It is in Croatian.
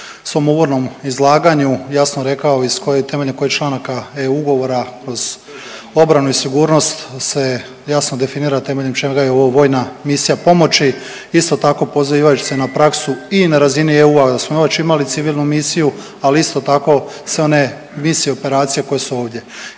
svom uvodnom izlaganju jasno rekao iz koje, temeljem kojeg čl. EU ugovora kroz obranu i sigurnost se jasno definira temeljem čega je ovo vojna misija pomoći. Isto tako, pozivajući se na praksu i na razini EU-a jer smo već imali civilnu misiju, ali isto tako, sve one misije i operacije koje su ovdje